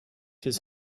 his